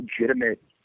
legitimate